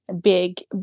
big